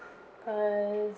cause